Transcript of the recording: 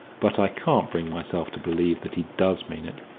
but i can't bring myself to believe that he does mean it.